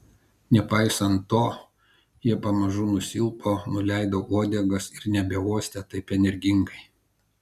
nepaisant to jie pamažu nusilpo nuleido uodegas ir nebeuostė taip energingai